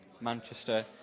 Manchester